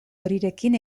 horirekin